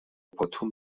باتوم